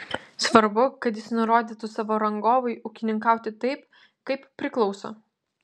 svarbu kad jis nurodytų savo rangovui ūkininkauti taip kaip priklauso